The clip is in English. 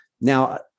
now